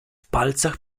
palcach